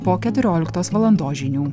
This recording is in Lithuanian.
po keturioliktos valandos žinių